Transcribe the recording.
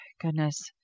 Goodness